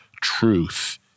truth